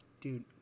dude